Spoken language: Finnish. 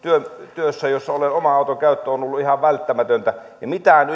työssä jossa oman auton käyttö on ollut ihan välttämätöntä mitään